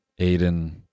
Aiden